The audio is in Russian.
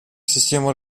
системы